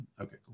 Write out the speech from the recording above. okay